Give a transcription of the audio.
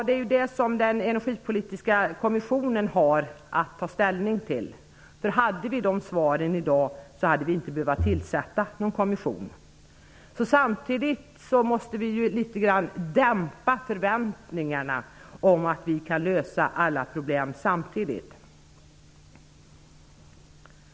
Det är detta som den energipolitiska kommissionen har att ta ställning till. Hade vi de svaren i dag, hade vi inte behövt tillsätta någon kommission. Därför måste vi litet grand dämpa förväntningarna om att kunna lösa alla problem samtidigt.